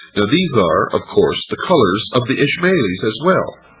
these are, of course the colors of the ishmailis as well.